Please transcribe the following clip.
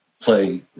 play